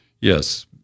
Yes